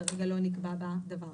כרגע לא נקבע בה דבר.